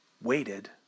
Waited